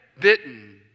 bitten